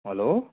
hello